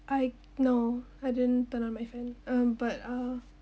I no I didn't turn on my fan um but uh